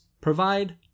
provide